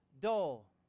dull